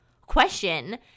question